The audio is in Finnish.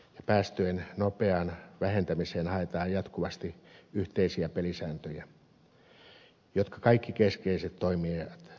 päästöjen nopeaan vähentämiseen haetaan jatkuvasti yhteisiä pelisääntöjä jotka kaikki keskeiset toimijat hyväksyvät